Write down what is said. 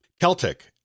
Celtic